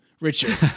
Richard